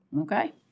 Okay